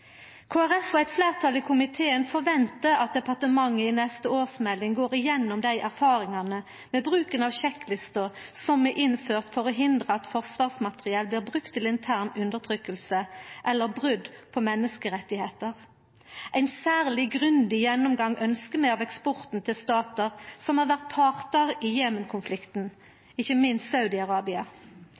og eit fleirtal i komiteen forventar at departementet i neste årsmelding går gjennom erfaringane med bruken av sjekklister som er innført for å hindra at forsvarsmateriell blir brukt til intern undertrykking eller brot på menneskerettar. Ein særleg grundig gjennomgang ønskjer vi av eksporten til statar som har vore partar i Jemen-konflikten, ikkje minst